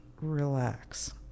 relax